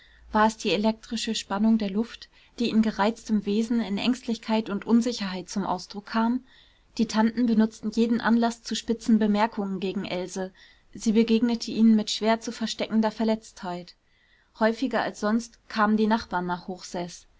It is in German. war es die elektrische spannung der luft die in gereiztem wesen in ängstlichkeit und unsicherheit zum ausdruck kam die tanten benutzten jeden anlaß zu spitzen bemerkungen gegen else sie begegnete ihnen mit schwer zu versteckender verletztheit häufiger als sonst kamen die nachbarn nach